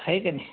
आहे की नाही